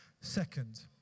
Second